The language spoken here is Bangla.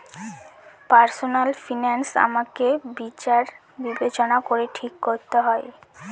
পার্সনাল ফিনান্স আমাকে বিচার বিবেচনা করে ঠিক করতে হয়